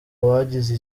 bagize